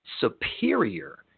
superior